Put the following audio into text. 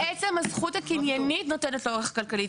עצם הזכות הקניינית נותנת לו ערך כלכלי.